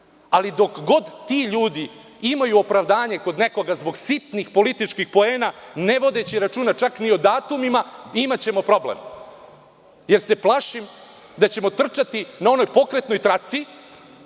Ali, dok god ti ljudi imaju opravdanje kod nekoga zbog sitnih političkih poena, ne vodeći računa čak ni o datumima, imaćemo problem. Plašim se da ćemo trčati na onoj pokretnoj traci